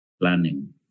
planning